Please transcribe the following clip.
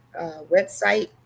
website